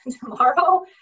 tomorrow